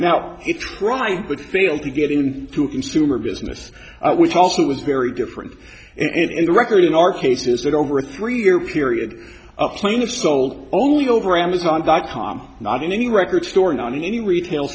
now it tried but failed to get in to consumer business which also was very different and the record in our case is that over a three year period a plaintiff sold only over amazon dot com not in any record store not in any retail